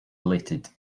related